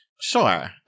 sure